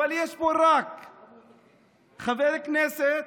יש פה חבר כנסת,